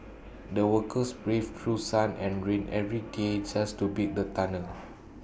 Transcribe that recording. the workers braved through sun and rain every day just to build the tunnel